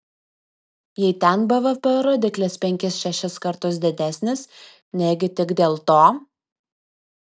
jei ten bvp rodiklis penkis šešis kartus didesnis negi tik dėl to